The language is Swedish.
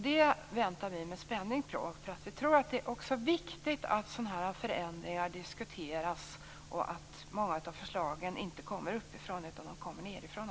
Vi väntar med spänning på detta. Vi tror att det är viktigt att förändringar diskuteras och att många av förslagen kommer nedifrån i stället för uppifrån.